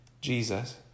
Jesus